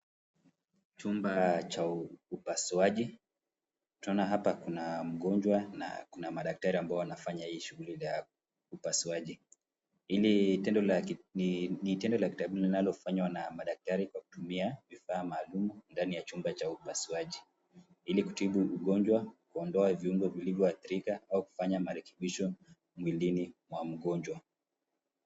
Chumba Cha upasuaji. Tunaona hapa Kuna mgonjwa na Kuna madaktari ambao wanafanya hii shughuli ya upasuaji. Hii ni tendo la kitabibu linalofanywa na madaktari kwa kutumia vifaa maalum ndani ya chumba Cha upasuaji ili kutibu ugonjwa, kuondoa viungo vilivyo athirika au kufanya marekebisho mwilini mwa mgonjwa.